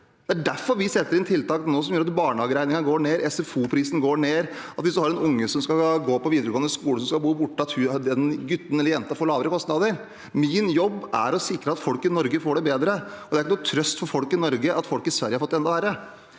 Det er derfor vi setter inn tiltak nå som gjør at barnehageregningen går ned, at SFO-prisen går ned, at hvis man har en unge som skal gå på videregående skole og skal bo borte, får den gutten eller jenta lavere kostnader. Min jobb er å sikre at folk i Norge får det bedre, og det er ikke noen trøst for folk i Norge at folk i Sverige har fått det enda verre.